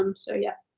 um so, yeah.